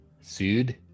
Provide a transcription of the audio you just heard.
Sued